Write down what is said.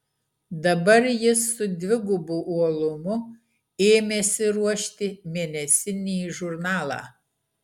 dabar jis su dvigubu uolumu ėmėsi ruošti mėnesinį žurnalą